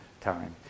time